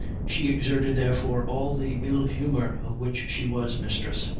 she exerted therefore all the ill-humor of which she was mistress,